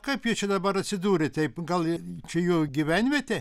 kaip jie čia dabar atsidūrė taip gal čia jų gyvenvietė